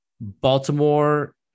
Baltimore